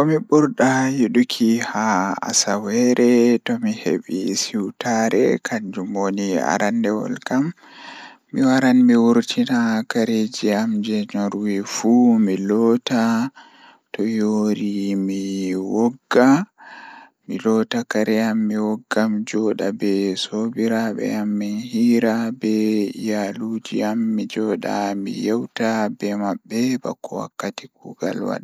Ko mi ɓurɗaa yiɗuki haa asaweere tomi heɓi siwtaare E njalbi ɗiɗɗi, miɗo yiɗi waɗde jokkondirde e mawniraaɓe e rewbataaɗe miijii. Miɗo yiɗi faalaa ko waɗde hooɓe e keewal walla miɗo waɗde laawol